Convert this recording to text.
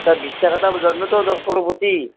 এটা বিশ্বাস এটা জন্মেতো ডক্তৰৰ প্ৰতি